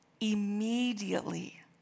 Immediately